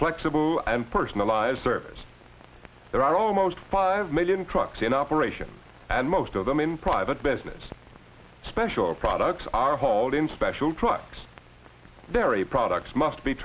flexible and personalized service there are almost five million trucks in operation and most of them in private business special products are hauled in special trucks they're a products must be